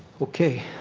okay.